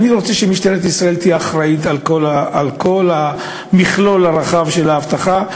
אני רוצה שמשטרת ישראל תהיה אחראית לכל המכלול הרחב של האבטחה.